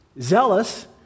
zealous